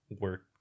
work